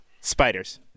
spiders